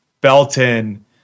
belton